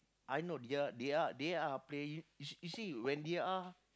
I know they are they are they are playing you see when they are